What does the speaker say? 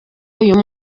uyu